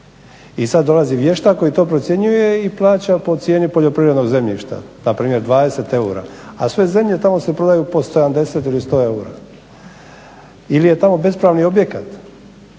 I sad dolazi vještak koji to procjenjuje i plaća po cijeni poljoprivrednog zemljišta, na primjer 20 EUR-a a sve zemlje tamo se prodaju po 70 ili 100 EUR-a ili je tamo bespravni objekat